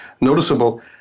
noticeable